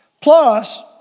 plus